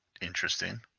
interesting